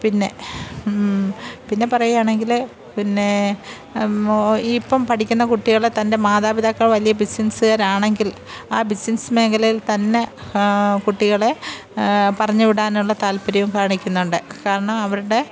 പിന്നെ പിന്നെ പറയുകയാണെങ്കിൽ പിന്നേ ഓ ഈ ഇപ്പം പഠിക്കുന്ന കുട്ടികളെ തൻ്റെ മാതാപിതാക്കൾ വലിയ ബിസിനസ്സുകാരാണെങ്കില് ആ ബിസ്നെസ്സ് മേഖലയില് തന്നെ കുട്ടികളെ പറഞ്ഞു വിടാനുള്ള താല്പ്പര്യവും കാണിക്കുന്നുണ്ട് കാരണം അവരുടെ